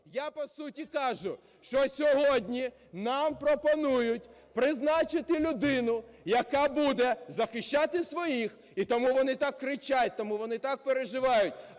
я по суті кажу, що сьогодні нам пропонують призначати людину, яка буде захищати своїх, і тому вони так кричать, тому вони так переживають,